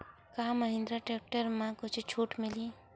का महिंद्रा टेक्टर म कुछु छुट मिलही?